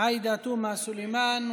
עאידה תומא סלימאן,